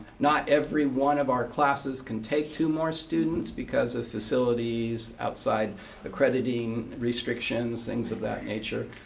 not every one of our classes can take two more students because of facilities, outside accrediting restrictions, things of that nature.